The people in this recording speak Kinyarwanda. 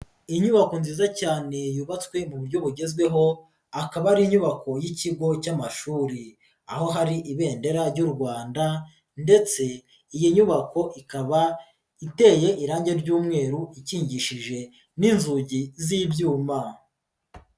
Inyubako nziza cyane yubatswe mu buryo bugezweho, akaba ari inyubako y'ikigo cy'amashuri, aho hari ibendera ry'u Rwanda ndetse iyi nyubako ikaba iteye irangi ry'umweru ikingishije n'inzugi z'ibyuma.